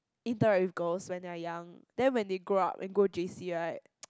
interact with girls when they're young then when they grow up and go J_C right